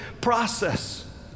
process